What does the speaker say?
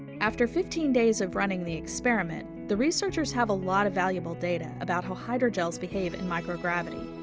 after fifteen days of running the experiment, the researchers have a lot of valuable data about how hydrogels behave in microgravity.